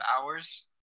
hours